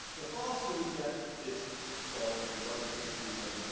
the faster we get this solved and write a peace agreement,